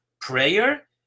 prayer